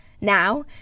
Now